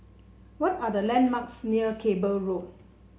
what are the landmarks near Cable Road